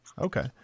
okay